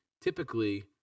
typically